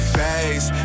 face